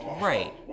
right